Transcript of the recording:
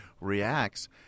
reacts